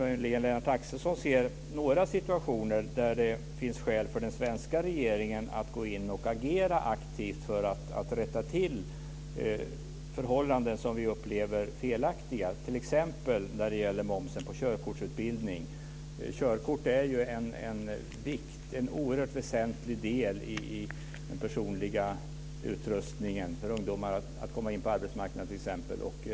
Ser Lennart Axelsson några situationer där det finns skäl för den svenska regeringen att gå in och aktivt agera för att rätta till förhållanden som vi upplever som felaktiga, t.ex. när det gäller momsen på körkortsutbildning. Körkort är en oerhört väsentlig del i ungdomars personliga utrustning när de ska komma in på arbetsmarknaden.